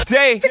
day